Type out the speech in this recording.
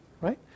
right